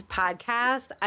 podcast